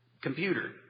computer